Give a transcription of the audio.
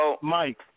Mike